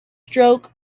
stroke